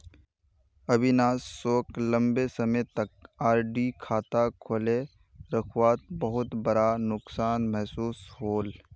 अविनाश सोक लंबे समय तक आर.डी खाता खोले रखवात बहुत बड़का नुकसान महसूस होल